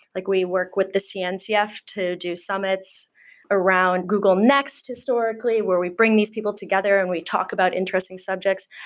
like we work with the cncf to do summits around google next historically, where we bring these people together and we talk about interesting subjects.